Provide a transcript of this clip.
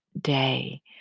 day